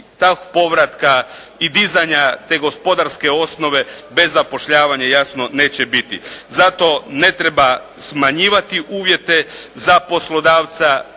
tog povratka i dizanja te gospodarske osnove bez zapošljavanja, jasno neće biti. Zato ne treba smanjivati uvjete za poslodavca,